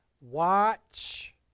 watch